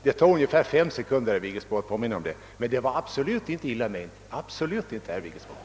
Det tog ungefär 5 sekunder att påminna om det men det var absolut inte illa menat, absolut inte, herr Vigelsbo.